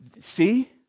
see